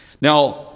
Now